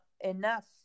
enough